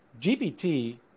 gpt